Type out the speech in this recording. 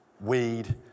weed